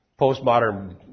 Postmodern